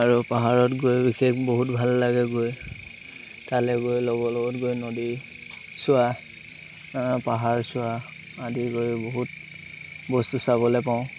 আৰু পাহাৰত গৈ বিশেষ বহুত ভাল লাগে গৈ তালৈ গৈ লগৰ লগত গৈ নদী চোৱা পাহাৰ চোৱা আদি গৈয়ো বহুত বস্তু চাবলৈ পাওঁ